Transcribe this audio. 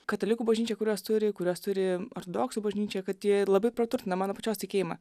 katalikų bažnyčia kuriuos turi kuriuos turi ortodoksų bažnyčia kad jie labai praturtina mano pačios tikėjimą